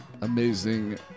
amazing